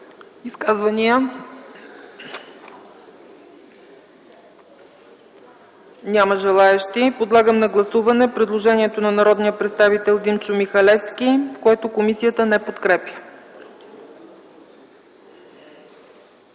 изказвания? Няма. Подлагам на гласуване предложението на народния представител Христо Бисеров, което комисията не подкрепя.